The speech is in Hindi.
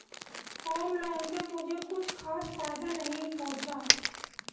होम लोन से मुझे कुछ खास फायदा नहीं पहुंचा